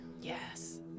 yes